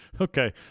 Okay